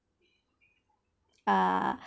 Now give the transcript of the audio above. err